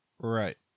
Right